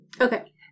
Okay